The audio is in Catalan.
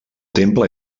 temple